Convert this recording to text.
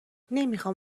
نمیخام